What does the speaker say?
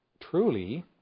truly